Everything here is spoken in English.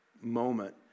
moment